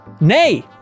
Nay